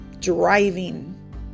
driving